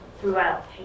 throughout